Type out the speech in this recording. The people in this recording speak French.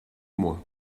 mois